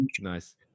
nice